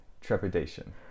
trepidation